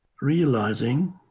realizing